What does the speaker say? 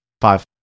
five